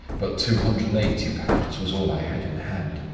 but two hundred and eighty pounds was all i had in hand.